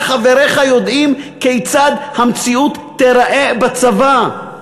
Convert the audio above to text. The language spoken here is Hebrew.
וחבריך יודעים כיצד תיראה המציאות בצבא,